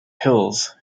pills